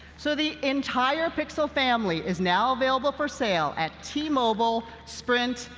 so the entire pixel family is now available for sale at t-mobile, sprint,